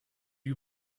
you